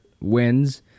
wins